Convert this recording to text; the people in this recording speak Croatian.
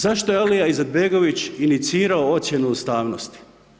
Zašto je Alija Izetbegović inicirao ocjenu ustavnosti?